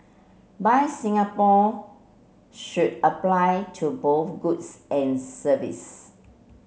buy Singapore should apply to both goods and service